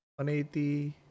180